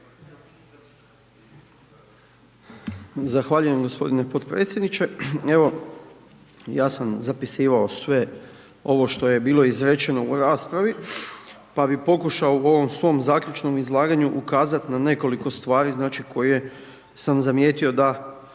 Zahvaljujem g. potpredsjedniče. Evo, ja sam zapisivao sve ovo što je bilo izrečeno u raspravi, pa bi pokušao u ovom svom zaključnom izlaganju ukazat na nekoliko stvari, znači, koje sam zamijetio da